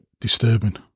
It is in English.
disturbing